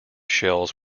shells